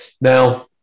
Now